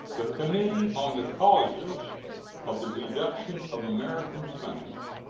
the committee on the causes of the reduction of american tonnage,